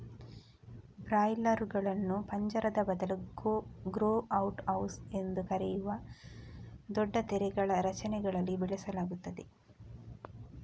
ಬ್ರಾಯ್ಲರುಗಳನ್ನು ಪಂಜರದ ಬದಲು grow out house ಎಂದು ಕರೆಯಲಾಗುವ ದೊಡ್ಡ ತೆರೆದ ರಚನೆಗಳಲ್ಲಿ ಬೆಳೆಸಲಾಗುತ್ತದೆ